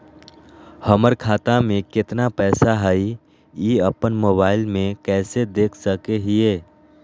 हमर खाता में केतना पैसा हई, ई अपन मोबाईल में कैसे देख सके हियई?